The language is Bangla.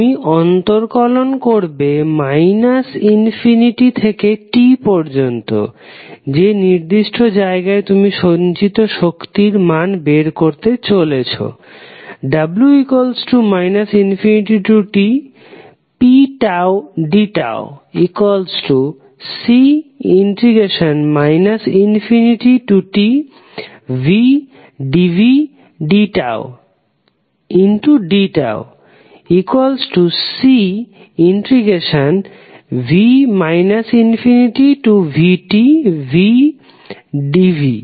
তুমি অন্তরকলন করবে ∞ থেকে t পর্যন্ত যে নির্দিষ্ট জায়গায় তুমি সঞ্চিত শক্তির মান বের করতে চলেছ w ∞tpdτC ∞tvdvdτdτCv ∞vtvdv12Cv2